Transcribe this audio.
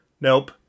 Nope